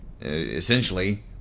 essentially